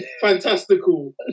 fantastical